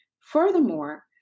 Furthermore